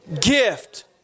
gift